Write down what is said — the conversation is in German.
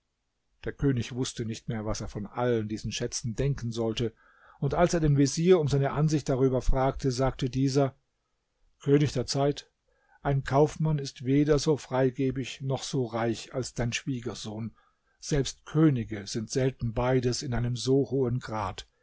der könig wußte nicht mehr was er von allen diesen schätzen denken sollte und als er den vezier um seine ansicht darüber fragte sagte dieser könig der zeit ein kaufmann ist weder so freigebig noch so reich als dein schwiegersohn selbst könige sind selten beides in einem so hohen grad